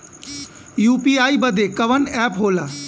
UPI बदे कवन app होला?